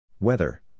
Weather